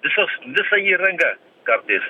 visas visa įranga kartais